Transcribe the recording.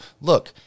Look